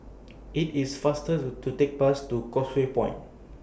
IT IS faster to to Take Bus to Causeway Point